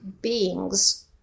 beings